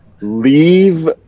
leave